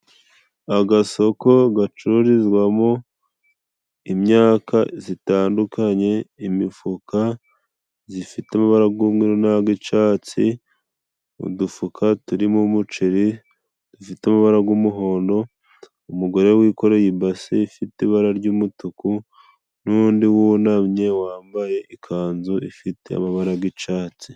Agasoko gacururizwamo imyaka zitandukanye, imifuka zifite amabara g'umweru n'ag'icatsi, udufuka turimo umuceri zifite amabara g'umuhondo, umugore wikoreye ibase ifite ibara ry'umutuku n'undi wunamye wambaye ikanzu ifite amabara g'icyatsi.